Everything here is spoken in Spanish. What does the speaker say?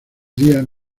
días